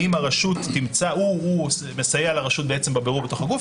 הוא מסייע לרשות בבירור בתוך הגוף.